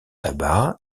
tabac